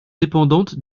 dépendantes